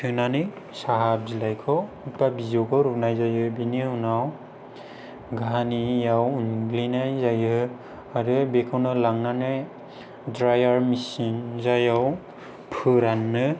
सोनानै साहा बिलाइखौ एबा बिजौखौ रुनाय जायो बेनि उनाव घानियाव उनग्लिनाय जायो आरो बेखौनो लांनानै ड्रायार मेसिन जायाव फोरानो